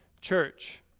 church